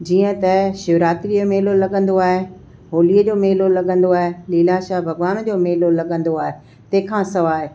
जीअं त शिवरात्रीअ जो मेलो लॻंदो आहे होलीअ जो मेलो लॻंदो आहे लीलाशाह भॻिवान जो मेलो लॻंदो आहे तंहिंखां सवाइ